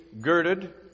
girded